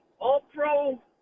all-pro